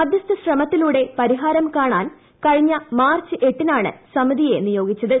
മധ്യസ്ഥ ശ്രമത്തിലൂടെ പരിഹാരം കാണാൻ കഴിഞ്ഞ മാർച്ച് എട്ടിനാണ് സമിതിയെ നിയോഗിച്ചത്